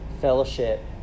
fellowship